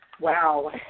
wow